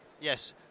Yes